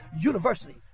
university